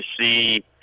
see